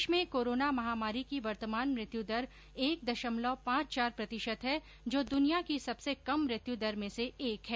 देश में कोरोना महामारी की वर्तमान मृत्यू दर एक दशमलव पांच चार प्रतिशत है जो दूनिया की सबसे कम मृत्यु दर में से एक है